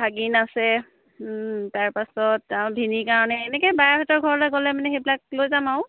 ভাগিন আছে তাৰপাছত আৰু ভিনিৰ কাৰণে এনেকৈ বাহঁতৰ ঘৰলৈ গ'লে মানে সেইবিলাক লৈ যাম আৰু